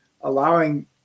allowing